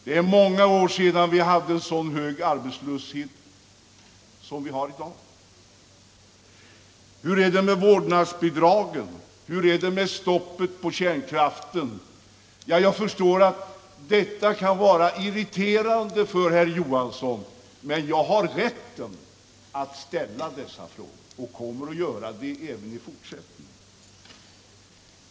Det är många år sedan vi hade en så hög arbetslöshet som vi har i dag. Hur är det med vårdnadsbidragen och med stoppet för kärnkraften? Ja, jag förstår att detta kan vara irriterande frågor för herr Johansson, men jag har rätt att ställa dem och kommer att göra det även i fortsättningen.